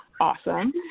awesome